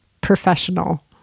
professional